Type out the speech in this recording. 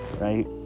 Right